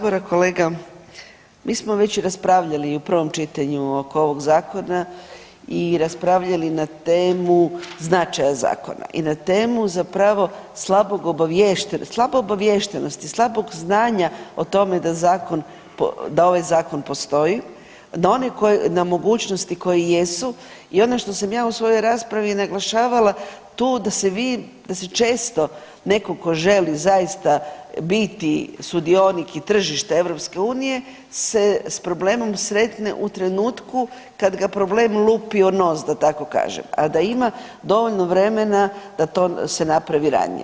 Kolega, mi smo već i raspravljali i u prvom čitanju oko ovog zakona i raspravljali na temu značaja zakona i na temu zapravo slabe obaviještenosti, slabog znanja o tome da zakon, da ovaj zakon postoji, na mogućnosti koje jesu i ono što sam ja u svojoj raspravi naglašavala tu da se vi, da se često neko ko želi zaista biti sudionik i tržište EU se s problemom sretne u trenutku kad ga problem lupi u nos da tako kažem, a da ima dovoljno vremena da to se napravi ranije.